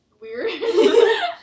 weird